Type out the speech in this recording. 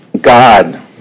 God